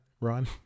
Ron